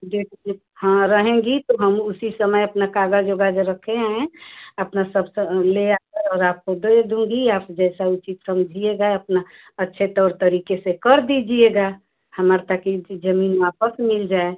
date में हाँ रहेंगी तो हम उसी समय अपना काग़ज़ ओगज़ रखे हैं अपना सब ले आए और आपको दे दूँगी आप जैसा उचित समझिएगा अपना अच्छे तौर तरीक़े से कर दीजिएगा हमारा ताकि ज़मीन वापस मिल जाए